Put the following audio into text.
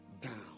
down